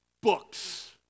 books